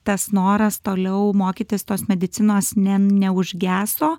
tas noras toliau mokytis tos medicinos ne neužgeso